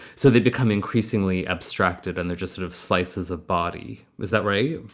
so they become increasingly abstracted and they're just sort of slices of body, is that right?